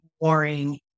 boring